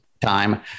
time